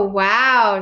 wow